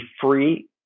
free